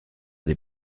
des